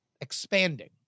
expanding